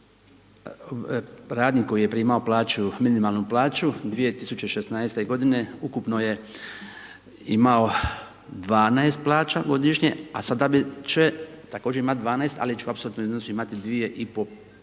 radnik koji je primao plaću,, minimalnu plaću 2016. g. ukupno je imao 12 plaća godišnje, a sada će također imati 12, ali će u apsolutnom iznosu imati 2,5 plaće